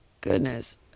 goodness